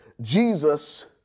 Jesus